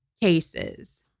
cases